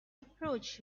approached